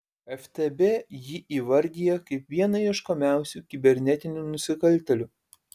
ftb jį įvardija kaip vieną ieškomiausių kibernetinių nusikaltėlių